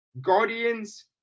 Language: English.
Guardians